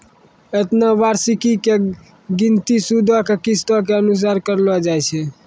एना त वार्षिकी के गिनती सूदो के किस्तो के अनुसार करलो जाय छै